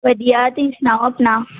ਵਧੀਆ ਤੁਸੀਂ ਸੁਣਾਓ ਆਪਣਾ